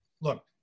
Look